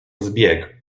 zbieg